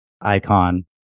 Icon